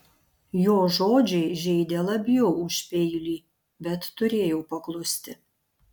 jo žodžiai žeidė labiau už peilį bet turėjau paklusti